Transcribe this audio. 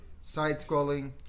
side-scrolling